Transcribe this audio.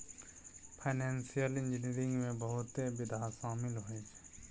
financial engineering में बहुते विधा शामिल होइ छै